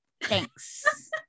thanks